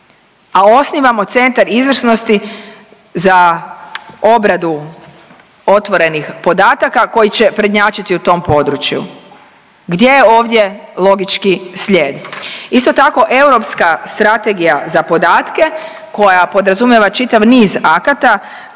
a osnivamo centar izvrsnosti za obradu otvorenih podataka koji će prednjačiti u tom području. Gdje je ovdje logički slijed? Isto tako Europska strategija za podatke koja podrazumijeva čitav niz akata